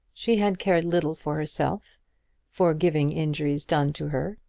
she had cared little for herself forgiving injuries done to her,